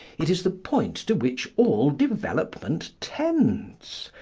it is the point to which all development tends.